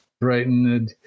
Brighton